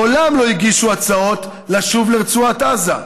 מעולם לא הגישו הצעות לשוב לרצועת עזה.